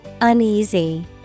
Uneasy